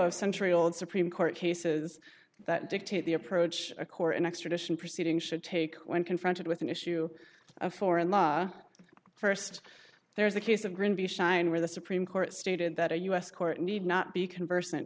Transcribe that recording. of century old supreme court cases that dictate the approach a core an extradition proceeding should take when confronted with an issue of foreign law first there's the case of granby shine where the supreme court stated that a u s court need not be conversant